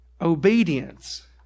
Obedience